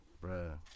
Bro